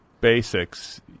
basics